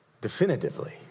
definitively